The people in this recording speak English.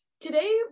Today